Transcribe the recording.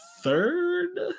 third